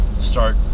start